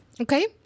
Okay